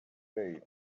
way